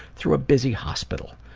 through a busy hospital.